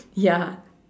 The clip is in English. ya